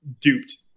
duped